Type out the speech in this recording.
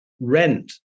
rent